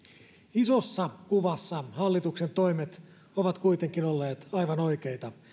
isossa kuvassa hallituksen toimet ovat kuitenkin olleet aivan oikeita